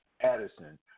Addison